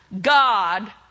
God